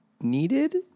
needed